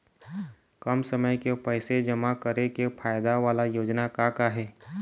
कम समय के पैसे जमा करे के फायदा वाला योजना का का हे?